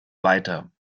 weiter